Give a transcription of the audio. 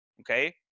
okay